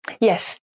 yes